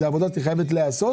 זאת